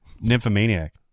Nymphomaniac